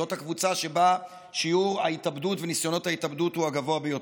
זאת הקבוצה שבה שיעור ההתאבדות וניסיונות ההתאבדות הוא הגבוה ביותר.